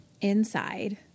inside